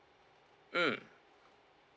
mm